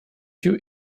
you